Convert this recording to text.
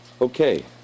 Okay